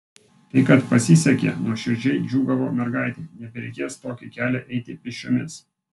tai kad pasisekė nuoširdžiai džiūgavo mergaitė nebereikės tokį kelią eiti pėsčiomis